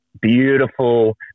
beautiful